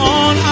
on